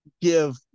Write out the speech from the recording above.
give